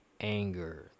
anger